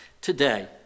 Today